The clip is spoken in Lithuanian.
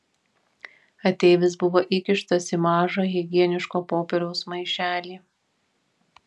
ateivis buvo įkištas į mažą higieniško popieriaus maišelį